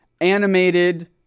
animated